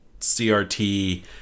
CRT